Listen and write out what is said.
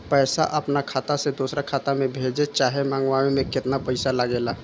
पैसा अपना खाता से दोसरा खाता मे भेजे चाहे मंगवावे में केतना पैसा लागेला?